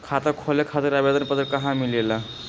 खाता खोले खातीर आवेदन पत्र कहा मिलेला?